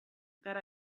that